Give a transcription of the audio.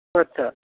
আচ্ছা